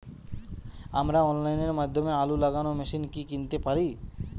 আমরা অনলাইনের মাধ্যমে আলু লাগানো মেশিন কি কিনতে পারি?